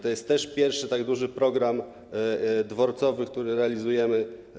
To jest pierwszy tak duży program dworcowy, który realizujemy.